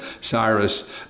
Cyrus